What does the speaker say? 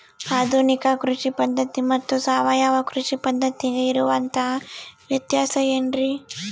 ಆಧುನಿಕ ಕೃಷಿ ಪದ್ಧತಿ ಮತ್ತು ಸಾವಯವ ಕೃಷಿ ಪದ್ಧತಿಗೆ ಇರುವಂತಂಹ ವ್ಯತ್ಯಾಸ ಏನ್ರಿ?